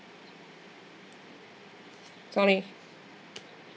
sorry